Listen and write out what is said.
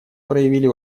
проявили